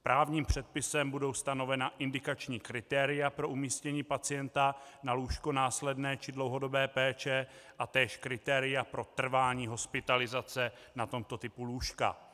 Právním předpisem budou stanovena indikační kritéria pro umístění pacienta na lůžko následné či dlouhodobé péče a též kritéria pro trvání hospitalizace na tomto typu lůžka.